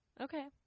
Okay